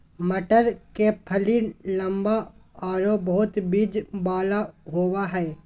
मटर के फली लम्बा आरो बहुत बिज वाला होबा हइ